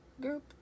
group